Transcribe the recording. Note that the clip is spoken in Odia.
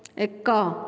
ଏକ